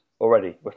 already